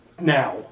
now